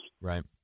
Right